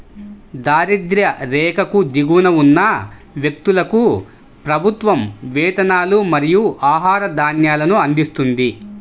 దారిద్య్ర రేఖకు దిగువన ఉన్న వ్యక్తులకు ప్రభుత్వం వేతనాలు మరియు ఆహార ధాన్యాలను అందిస్తుంది